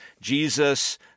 Jesus